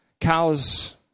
Cows